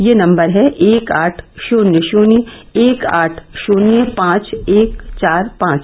यह नम्बर है एक आठ शुन्य शुन्य एक आठ शुन्य पांच एक चार पांच